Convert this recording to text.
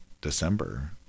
December